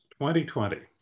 2020